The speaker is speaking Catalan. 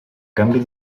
canvi